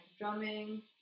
drumming